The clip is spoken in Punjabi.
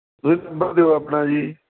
ਤੁਸੀਂ ਨੰਬਰ ਦਿਓ ਆਪਣਾ ਜੀ